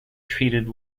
treated